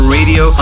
Radio